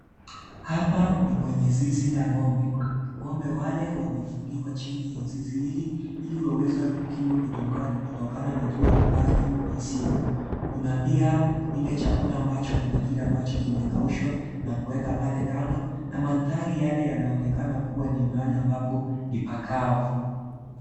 Hapa ni kwenye zizi la ng'ombe. Ng'ombe wale wamefungiwa chini ya zizi hili ili waweze kukingwa kutoka na jua kali ya siku, kuna pia ile chakula ambacho wanakila ambacho kimekaushwa na kuweka pale kando na mandhari yale yanaonekana ni mahala ambapo ni pakavu.